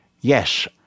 Yes